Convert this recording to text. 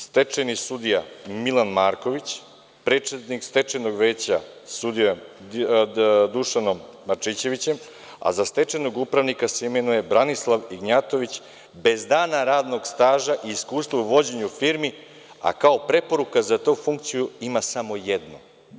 Stečajni sudija Milan Marković, predsednik Stečajnog veća sudija Dušanom Marčićevićem, a za stečajnog upravnika se imenu Branislav Ignjatović, bez dana radnog staža i iskustva u vođenju firmi, a kao preporuka za tu funkciju ima samo jednu.